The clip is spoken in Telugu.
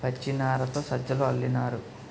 పచ్చినారతో సజ్జలు అల్లినారు